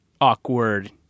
awkward